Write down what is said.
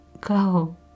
Go